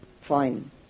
fine